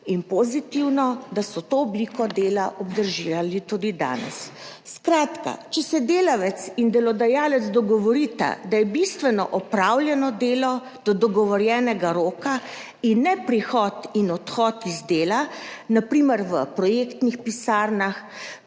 in pozitivno, da so to obliko dela obdržali tudi danes. Skratka, če se delavec in delodajalec dogovorita, da je bistveno opravljeno delo do dogovorjenega roka in ne prihod in odhod iz dela, na primer v projektnih pisarnah,